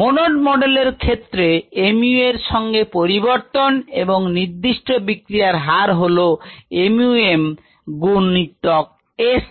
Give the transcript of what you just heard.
monod model এর ক্ষেত্রে mu এর সঙ্গে পরিবর্তন এবং নির্দিষ্ট বিক্রিয়ার হার হল mu m গুনিতক s